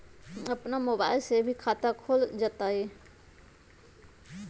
अपन मोबाइल से भी खाता खोल जताईं?